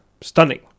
stunning